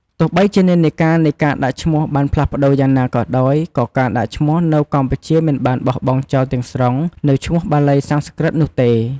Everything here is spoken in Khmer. ទោះបីជានិន្នាការនៃការដាក់ឈ្មោះបានផ្លាស់ប្ដូរយ៉ាងណាក៏ដោយ ក៏ការដាក់ឈ្មោះនៅកម្ពុជាមិនបានបោះបង់ចោលទាំងស្រុងនូវឈ្មោះបាលីសំស្ក្រឹតនោះទេ។